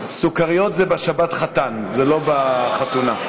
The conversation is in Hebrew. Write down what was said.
סוכריות זה בשבת חתן, זה לא בחתונה.